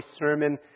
sermon